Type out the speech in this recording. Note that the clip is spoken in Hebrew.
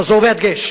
והדגשת חזור והדגש,